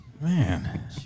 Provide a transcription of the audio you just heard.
Man